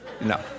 No